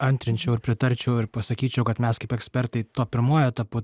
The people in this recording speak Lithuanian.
antrinčiau ir pritarčiau ir pasakyčiau kad mes kaip ekspertai tuo pirmuoju etapu